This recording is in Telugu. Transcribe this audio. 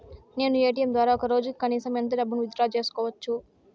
నేను ఎ.టి.ఎం ద్వారా ఒక రోజుకి కనీసం ఎంత డబ్బును విత్ డ్రా సేసుకోవచ్చు?